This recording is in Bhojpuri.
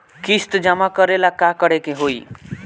किस्त जमा करे ला का करे के होई?